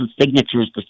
signatures